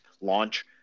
launch